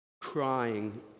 crying